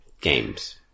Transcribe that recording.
Games